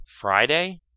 Friday